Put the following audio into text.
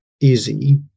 easy